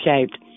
shaped